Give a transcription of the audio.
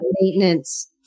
maintenance